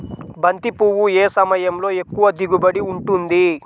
బంతి పువ్వు ఏ సమయంలో ఎక్కువ దిగుబడి ఉంటుంది?